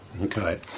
Okay